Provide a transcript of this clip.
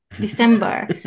December